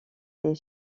s’est